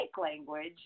language